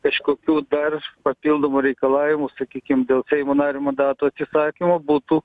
kažkokių dar papildomų reikalavimų sakykim dėl seimo nario mandato atsisakymo būtų